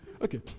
Okay